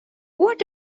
what